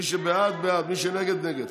מי שבעד, בעד, מי שנגד, נגד.